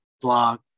blog